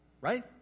Right